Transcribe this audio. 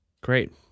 Great